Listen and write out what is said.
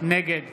נגד